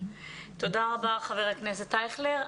תודה רבה חבר הכנסת אייכלר.